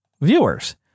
viewers